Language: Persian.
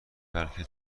بلکه